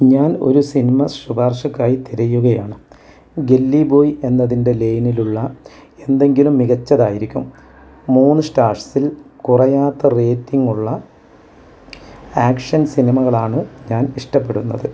ഞാൻ ഒരു സിനിമ ശുപാർശക്കായി തിരയുകയാണ് ഗെല്ലി ബോയ് എന്നതിൻ്റെ ലൈനിലുള്ള എന്തെങ്കിലും മികച്ചതായിരിക്കും മൂന്ന് സ്റ്റാർസിൽ കുറയാത്ത റേറ്റിങ്ങുള്ള ആക്ഷൻ സിനിമകളാണ് ഞാൻ ഇഷ്ടപ്പെടുന്നത്